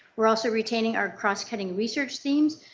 we are also retaining our cross-cutting research themes.